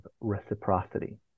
reciprocity